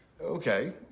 Okay